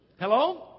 Hello